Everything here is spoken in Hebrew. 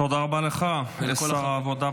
תודה רבה לך על כל העבודה,